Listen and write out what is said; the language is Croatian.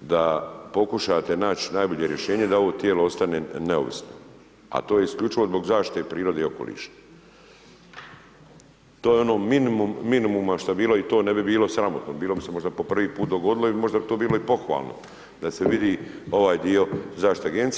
da pokušate naći najbolje rješenje, da ovo tijelo ostane neovisno, a to isključivo zbog zaštite prirode i okoliša, to je ono minimum minimuma što bi bilo i to ne bi bilo sramotno, bilo bi se možda po prvi puta dogodilo i možda bi to bilo i pohvalno da se vidi ovaj dio zaštite Agencije.